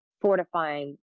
fortifying